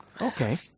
Okay